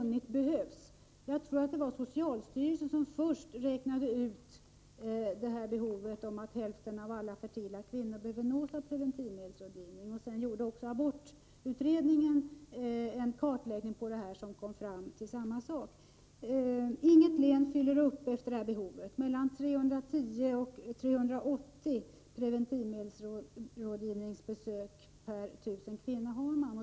Jag tror att det var socialstyrelsen som först räknade ut det här behovet: att hälften av alla fertila kvinnor behöver nås av preventivmedelsrådgivning. Abortutredningen gjorde också en kartläggning där man kom fram till samma sak. Inget län tillgodoser som sagt behovet. Man har mellan 310 och 380 preventivmedelsrådgivningsbesök per 1 000 kvinnor.